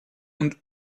und